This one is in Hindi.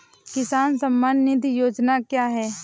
किसान सम्मान निधि योजना क्या है?